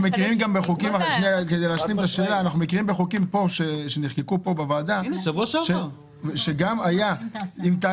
אנחנו מכירים חוקים שנחקקו בוועדה שהיו כתובים